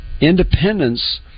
Independence